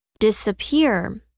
Disappear